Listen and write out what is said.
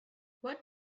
what